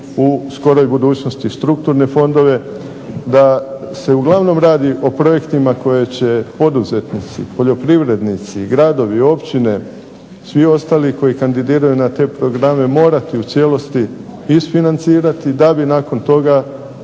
u skoroj budućnosti strukturne fondove da se uglavnom radi o projektima koje će poduzetnici, poljoprivrednici, gradovi, općine, svi ostali koji kandidiraju na te programe morati u cijelosti isfinancirati da bi nakon toga